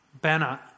banner